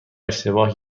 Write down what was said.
اشتباه